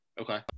okay